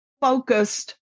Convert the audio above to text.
focused